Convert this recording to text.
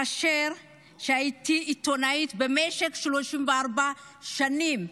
כאשר הייתי עיתונאית במשך 34 שנים,